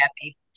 happy